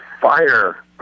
fire